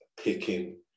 picking